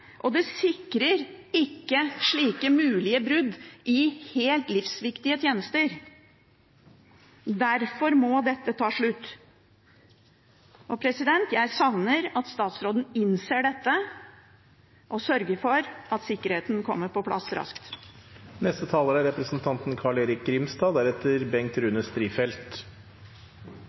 og det sikrer ikke mot slike mulige brudd i helt livsviktige tjenester. Derfor må dette ta slutt. Jeg savner at statsråden innser dette og sørger for at sikkerheten kommer på plass raskt.